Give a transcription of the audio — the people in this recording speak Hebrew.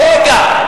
רגע.